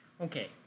Okay